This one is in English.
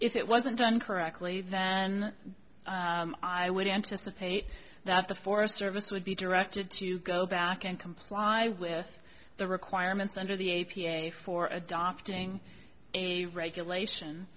if it wasn't done correctly then i would anticipate that the forest service would be directed to go back and comply with the requirements under the a p a for adopting a regulation